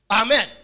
Amen